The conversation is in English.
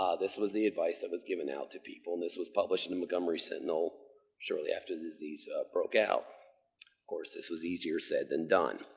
um this was the advice that was given out to people. this was published in in montgomery sentinel shortly after the disease broke out. of course, this was easier said than done.